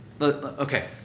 okay